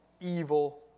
evil